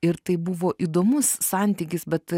ir tai buvo įdomus santykis bet